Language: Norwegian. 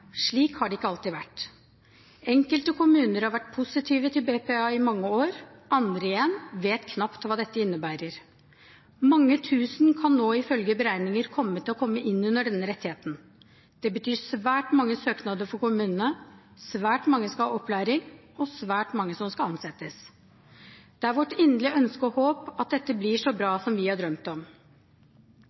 Slik har det ikke alltid vært. Enkelte kommuner har vært positive til BPA i mange år, andre igjen vet knapt hva dette innebærer. Mange tusen kan nå, ifølge beregninger, komme inn under denne rettigheten. For kommunene betyr det svært mange søknader, svært mange som skal ha opplæring, og svært mange som skal ansettes. Det er vårt inderlige ønske og håp at dette blir så bra som vi har drømt om.